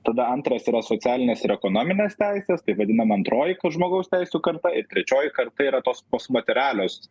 tada antras yra socialinės ir ekonominės teisės tai vadinama antroji kad žmogaus teisių karta ir trečioji karta yra tos post materialios